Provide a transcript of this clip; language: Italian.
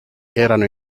erano